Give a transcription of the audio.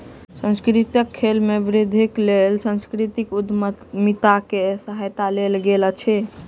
सांस्कृतिक खेल में वृद्धिक लेल सांस्कृतिक उद्यमिता के सहायता लेल गेल अछि